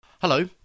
Hello